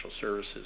services